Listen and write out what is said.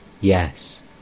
Yes